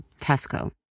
Tesco